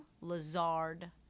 Lazard